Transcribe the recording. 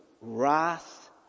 wrath